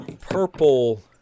purple